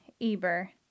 Eber